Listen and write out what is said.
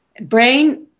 Brain-